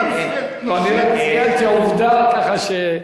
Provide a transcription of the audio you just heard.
רמספלד, לא, אני רק ציינתי עובדה ככה,